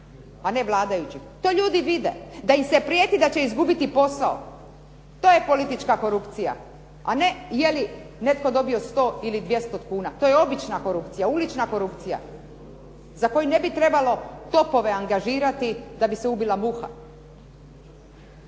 a ne vladajući. To ljudi vide, da im se prijeti da će izgubiti posao. To je politička korupcija a ne je li netko dobio 100 ili 200 kuna, to je obična korupcija, ulična korupcija za koju ne bi trebalo topove angažirati da bi se ubila muha.